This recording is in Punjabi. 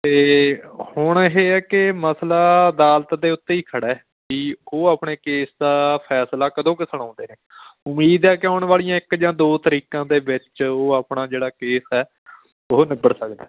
ਅਤੇ ਹੁਣ ਇਹ ਹੈ ਕਿ ਮਸਲਾ ਅਦਾਲਤ ਦੇ ਉੱਤੇ ਹੀ ਖੜ੍ਹਾ ਵੀ ਉਹ ਆਪਣੇ ਕੇਸ ਦਾ ਫੈਸਲਾ ਕਦੋਂ ਕੁ ਸੁਣਾਉਂਦੇ ਨੇ ਉਮੀਦ ਹੈ ਕਿ ਆਉਣ ਵਾਲੀਆਂ ਇੱਕ ਜਾਂ ਦੋ ਤਰੀਕਾਂ ਦੇ ਵਿੱਚ ਉਹ ਆਪਣਾ ਜਿਹੜਾ ਕੇਸ ਹੈ ਉਹ ਨਿਬੜ ਸਕਦਾ